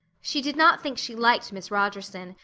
she did not think she liked miss rogerson,